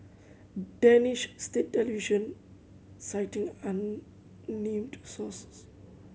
Danish state television citing unnamed sources